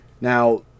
Now